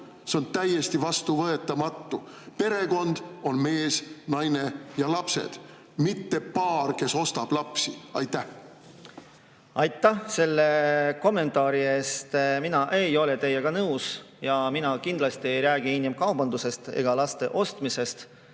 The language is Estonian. See on täiesti vastuvõetamatu. Perekond on mees, naine ja lapsed, mitte paar, kes ostab lapsi. Aitäh selle kommentaari eest! Mina ei ole teiega nõus ja mina kindlasti ei räägi inimkaubandusest ega laste ostmisest.